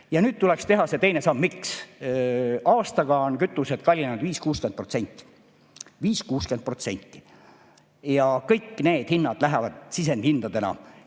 Ja nüüd tuleks teha see teine samm. Miks? Aastaga on kütused kallinenud 50–60%. 50–60%! Ja kõik need hinnad lähevad sisendhindadena